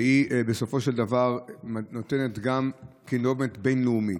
שהיא בסופו של דבר נותנת גם קידומת בין-לאומית,